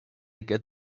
get